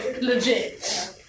legit